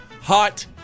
hot